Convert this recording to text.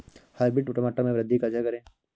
Hybrid टमाटर में वृद्धि कैसे करें?